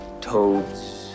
Toads